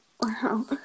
Wow